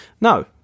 no